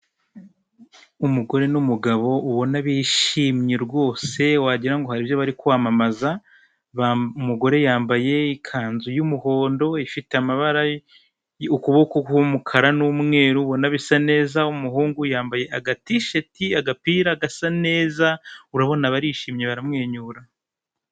Umugore n'umugabo ubona bishimye rwose wagira ngo hari ibyo abari kwamamaza, umugore yambaye ikanzu y'umuhondo ifite amabara ukuboko k'umukara n'umweru ubona bisa neza, umuhungu yambaye aga tisheti agapira gasa neza, urabona barishimye baramwenyura.